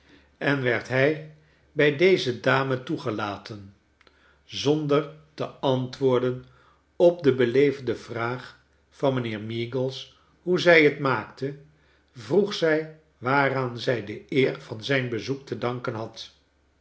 en werd hij bij daze dame toegelaten zonder te antwoorden op de heleefde vraag van mijnheer meagles hoe zij t maakte vroeg zij waaraan zij de eer van zijn bezoek te danken had